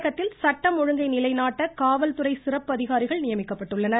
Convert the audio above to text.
தமிழகத்தில் சட்டம் ஒழுங்கை நிலைநாட்ட காவல்துறை சிறப்பு அதிகாரிகள் நியமிக்கப்பட்டுள்ளனர்